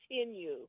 continue